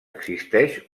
existeix